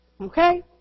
Okay